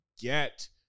get-